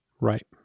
right